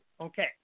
okay